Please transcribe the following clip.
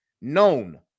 known